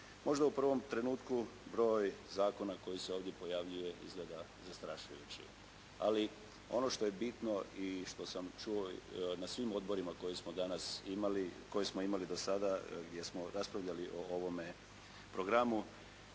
Možda u prvom trenutku broj zakona koji se ovdje pojavljuje izgleda zastrašujući, ali ono što je bitno i što sam čuo na svim odborima koje smo imali do sada, gdje smo raspravljali o ovome programu,